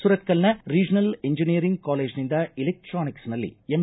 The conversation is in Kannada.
ಸುರತ್ಕಲ್ನ ರೀಜನಲ್ ಎಂಜಿನಿಯರಿಂಗ್ ಕಾಲೇಜಿನಿಂದ ಇಲೆಕ್ಟಾನಿಕ್ಸ್ ನಲ್ಲಿ ಎಂ